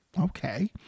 Okay